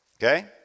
Okay